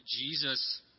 Jesus